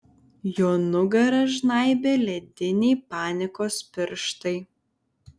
jo nugarą žnaibė lediniai panikos pirštai